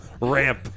ramp